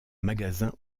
magasin